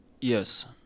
Yes